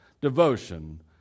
devotion